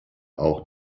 auch